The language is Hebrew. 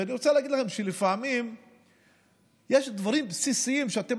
ואני רוצה להגיד לכם שלפעמים יש דברים בסיסיים שאתם